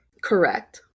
Correct